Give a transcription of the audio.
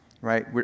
right